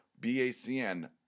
BACN